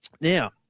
Now